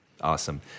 Awesome